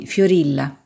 Fiorilla